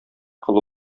кылу